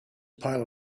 pile